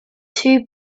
two